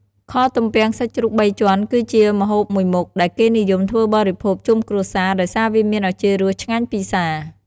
ខទំពាំងសាច់ជ្រូកបីជាន់គឺជាម្ហូបមួយមុខ ដែលគេនិយមធ្វើបរិភោគជុំគ្រួសារ ដោយសារវាមានឱជារសឆ្ងាញ់ពិសា។